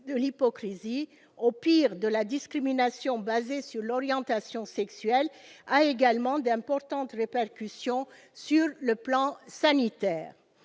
de l'hypocrisie, au pire de la discrimination fondée sur l'orientation sexuelle, a également d'importantes répercussions sur le plan sanitaire.